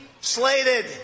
slated